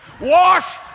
Wash